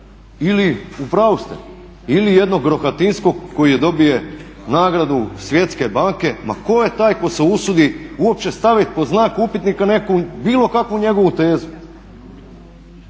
ili u pravu ste, ili jednog Rohatinskog koji dobije nagradu Svjetske banke, ma tko je taj tko se usudi uopće staviti pod znak upitnika neku, bilo kakvu njegovu tezu.